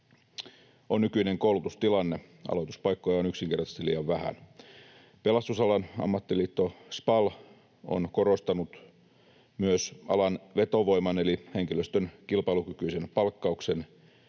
on nykyinen koulutustilanne: aloituspaikkoja on yksinkertaisesti liian vähän. Pelastusalan ammattiliitto SPAL on korostanut myös alan vetovoiman eli henkilöstön kilpailukykyisen palkkauksen,